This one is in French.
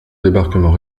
débarquement